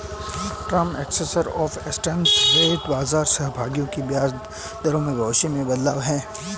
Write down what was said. term structure of interest rate बाजार सहभागियों की ब्याज दरों में भविष्य के बदलाव है